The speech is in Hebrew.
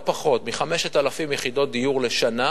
לא פחות מ-5,000 יחידות דיור לשנה,